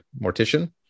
mortician